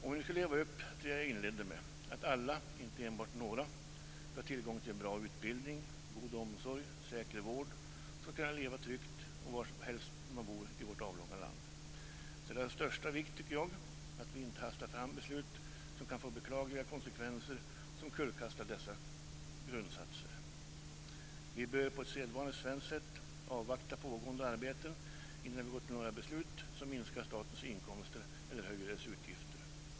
Om vi nu ska leva upp till det jag inledde med - alla, inte enbart några, ska ha tillgång till en bra utbildning, god omsorg och säker vård och ska kunna leva tryggt varhelst de bor i vårt avlånga land - så är det av största vikt, tycker jag, att vi inte hastar fram beslut som kan få beklagliga konsekvenser och som kullkastar dessa grundsatser. Vi bör på sedvanligt svenskt sätt avvakta pågående arbeten innan vi går till några beslut som minskar statens inkomster eller höjer dess utgifter.